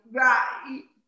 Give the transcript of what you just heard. right